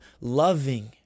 loving